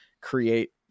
create